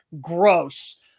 gross